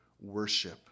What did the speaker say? worship